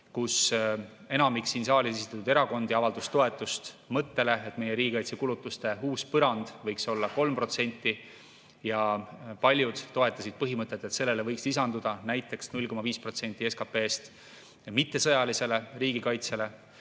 Enamik siin saalis esindatud erakondi avaldas toetust mõttele, et meie riigikaitsekulutuste uus põrand võiks olla 3%. Paljud toetasid põhimõtet, et sellele võiks lisanduda näiteks 0,5% SKP‑st mittesõjalise riigikaitse